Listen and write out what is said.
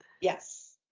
Yes